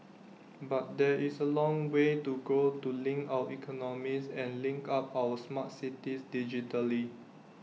but there is A long way to go to link our economies and link up our smart cities digitally